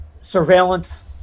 surveillance